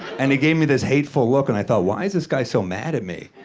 and he gave me this hateful look, and i thought, why is this guy so mad at me?